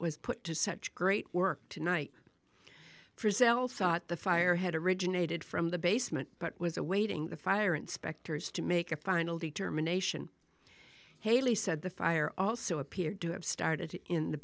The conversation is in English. was put to such great work tonight frisell thought the fire had originated from the basement but was awaiting the fire inspectors to make a final determination haley said the fire also appeared to have started in the